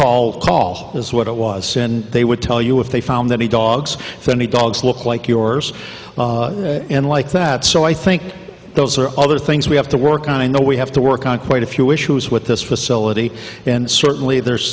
call call is what it was and they would tell you if they found that he died logs if any dogs look like yours and like that so i think those are all the things we have to work on i know we have to work on quite a few issues with this facility and certainly there